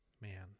man